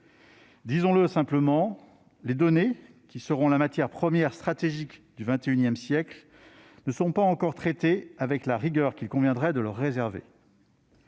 Disons-le simplement : les données, qui seront la matière première stratégique du XXI siècle, ne sont pas encore traitées avec la rigueur qu'il conviendrait de leur réserver.